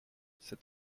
cet